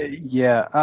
yeah.